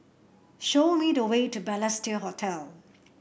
show me the way to Balestier Hotel